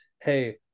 hey